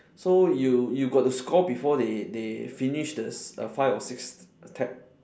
so you you got to score before they they finish this five or six tap